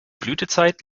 blütezeit